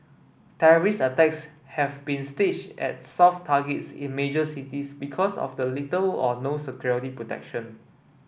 terrorist attacks have been staged at soft targets in major cities because of the little or no security protection